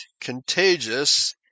contagious